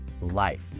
life